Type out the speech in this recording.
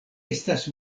estas